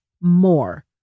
more